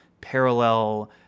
Parallel